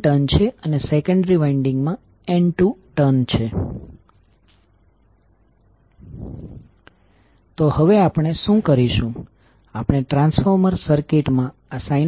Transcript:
downward terminal પર negative અને dotted terminal પર પોઝિટિવ હશે